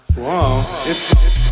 Whoa